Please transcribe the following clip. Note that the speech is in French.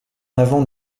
avons